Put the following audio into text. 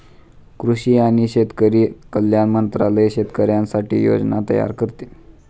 कृषी आणि शेतकरी कल्याण मंत्रालय शेतकऱ्यांसाठी योजना तयार करते